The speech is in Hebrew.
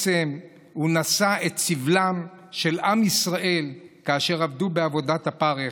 כשבעצם הוא נשא את סבלם של עם ישראל אשר עבדו בעבודת הפרך,